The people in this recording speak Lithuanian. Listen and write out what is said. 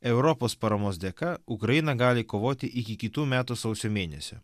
europos paramos dėka ukraina gali kovoti iki kitų metų sausio mėnesio